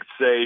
say